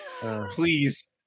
Please